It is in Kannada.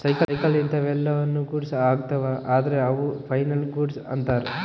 ಸೈಕಲ್ ಇಂತವೆಲ್ಲ ನು ಗೂಡ್ಸ್ ಅಗ್ತವ ಅದ್ರ ಅವು ಫೈನಲ್ ಗೂಡ್ಸ್ ಅಂತರ್